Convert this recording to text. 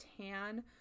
tan